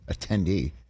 attendee